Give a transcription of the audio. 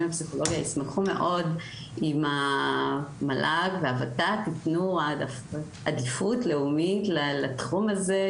בפסיכולוגיה ישמחו מאוד אם המל"ג והות"ת יתנו עדיפות לאומית לתחום הזה,